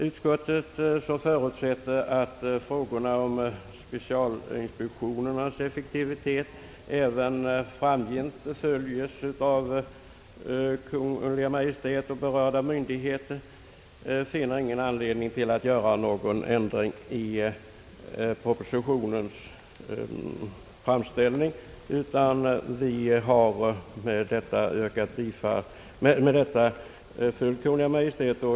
Utskottet, som förutsätter att frågorna om specialinspektionernas effektivitet även framgent följes av Kungl. Maj:t och berörda myndigheter, finner ingen anledning att göra någon ändring i propositionens framställning och har således följt Kungl. Maj:ts förslag.